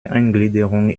eingliederung